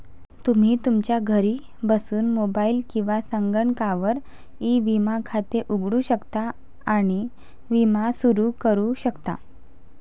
तुम्ही तुमच्या घरी बसून मोबाईल किंवा संगणकावर ई विमा खाते उघडू शकता आणि विमा सुरू करू शकता